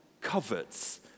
covets